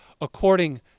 according